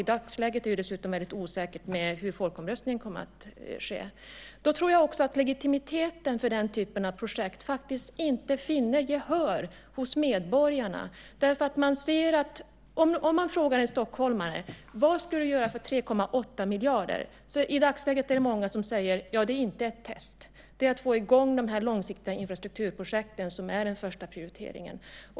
I dagsläget är det dessutom väldigt osäkert hur resultatet av folkomröstningen kommer att bli. Legitimiteten för den typen av projekt finner inte gehör hos medborgarna. Om man frågar en stockholmare vad han eller hon skulle vilja göra för 3,8 miljarder, så är det inte att genomföra ett test, utan det är att få i gång de långsiktiga infrastrukturprojekten som är den första prioriteringen.